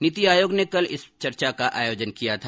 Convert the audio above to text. नीति आयोग ने कल इस चर्चा का आयोजन किया था